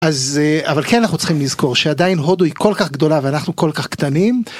אז אבל כן אנחנו צריכים לזכור שעדיין הודו היא כל כך גדולה ואנחנו כל כך קטנים.